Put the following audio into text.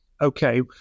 Okay